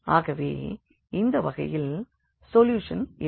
ஆகவே இந்த வகையில் சொல்யூஷன் இல்லை